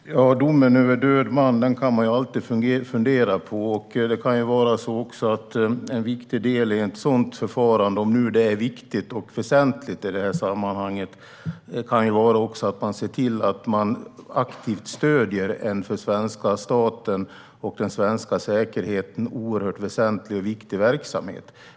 Herr talman! Domen över död man kan man alltid fundera på. En viktig del i ett sådant förfarande, om det nu är viktigt och väsentligt i sammanhanget, kan vara att man ser till att man aktivt stöder en för svenska staten och den svenska säkerheten oerhört väsentlig och viktig verksamhet.